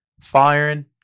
firing